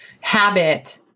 habit